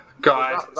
Guys